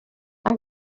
اگه